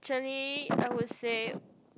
actually I would say